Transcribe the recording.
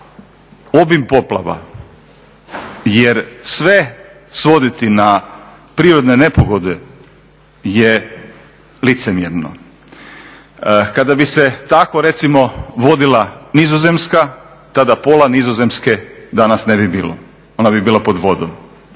obim poplava. Jer sve svoditi na prirodne nepogode je licemjerno. Kada bi se tako recimo vodila Nizozemska, tada pola Nizozemske danas ne bi bilo. Ona bi bila pod vodom.